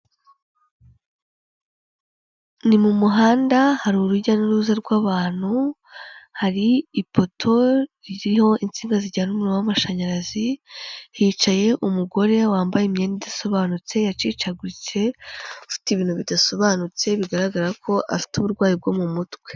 Ni mu muhanda hari urujya n'uruza rw'abantu, hari ipoto ririho insinga zijyana umuriro w'amashanyarazi, hicaye umugore wambaye imyenda idasobanutse, yacicaguritse ufite ibintu bidasobanutse bigaragara ko afite uburwayi bwo mu mutwe.